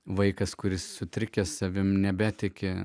vaikas kuris sutrikęs savimi nebetiki